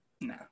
No